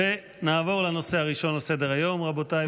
ונעבור לנושא הראשון על סדר-היום, רבותיי.